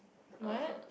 what